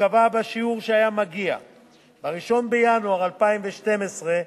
תיקבע בשיעור שהיה מגיע ב-1 בינואר 2012,